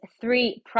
three